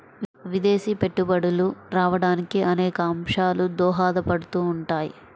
విదేశీ పెట్టుబడులు రావడానికి అనేక అంశాలు దోహదపడుతుంటాయి